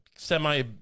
semi